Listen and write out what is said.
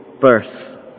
birth